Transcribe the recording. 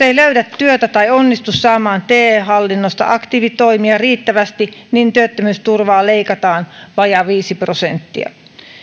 ei löydä työtä tai onnistu saamaan te hallinnosta aktiivitoimia riittävästi niin työttömyysturvaa leikataan vajaa viisi prosenttia